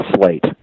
slate